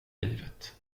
livet